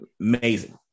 amazing